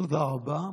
תודה רבה.